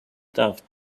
thought